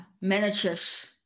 managers